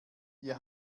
ihr